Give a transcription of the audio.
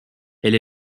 elle